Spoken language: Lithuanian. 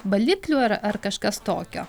baliklių ar ar kažkas tokio